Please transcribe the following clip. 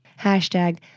Hashtag